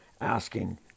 asking